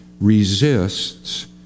resists